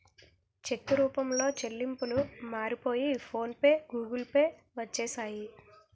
చెక్కు రూపంలో చెల్లింపులు మారిపోయి ఫోన్ పే గూగుల్ పే వచ్చేసాయి